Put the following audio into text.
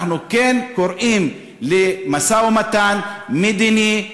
אנחנו כן קוראים למשא-ומתן מדיני,